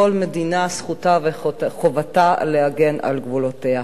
כל מדינה זכותה וחובתה להגן על גבולותיה,